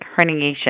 herniation